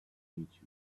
statue